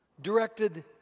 directed